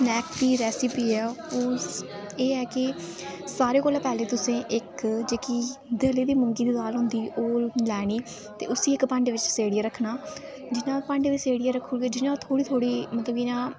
snacks दी recipe ऐ ओह् एह् ऐ कि सारे कोलां पैह्ले तुसेंई इक जेह्की दली दी मुंगी दी दाल होंदी ओह् लैनी उसी इक भांडे बिच सेड्डियै रक्खना जि'यां अस भांडे बिच सेड़ियै रक्खनी जि'यां थोह्ड़ी